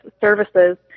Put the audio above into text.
services